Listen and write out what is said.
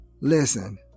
listen